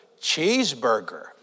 cheeseburger